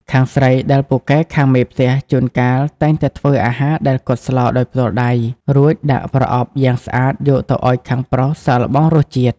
ខាងស្រីដែលពូកែខាងមេផ្ទះ ជួនកាលតែងតែធ្វើអាហារដែលគាត់ស្លរដោយផ្ទាល់ដៃ រួចដាក់ប្រអប់យ៉ាងស្អាតយកទៅឱ្យខាងប្រុសសាកល្បងរសជាតិ។